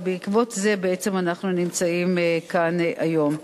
ובעקבות זה בעצם אנחנו נמצאים כאן היום.